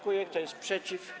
Kto jest przeciw?